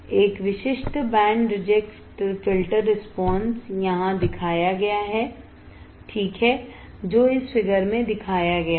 एक विशिष्ट band reject filter response यहां दिखाया गया है ठीक है जो इस फिगर में दिखाया गया है